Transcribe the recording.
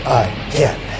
again